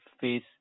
face